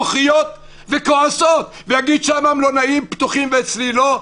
בוכיות וכועסות ויגיד: למה המלונאים פותחים ואצלי לא?